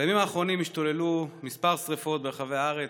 בימים האחרונים השתוללו כמה שרפות ברחבי הארץ,